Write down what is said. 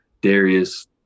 Darius